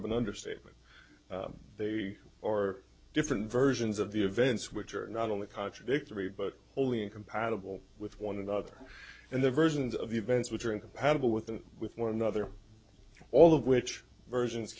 of an understatement they are different versions of the events which are not only contradictory but only incompatible with one another and the versions of the events which are incompatible with and with one another all of which versions